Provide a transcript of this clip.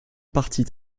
partie